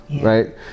right